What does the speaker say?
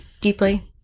Deeply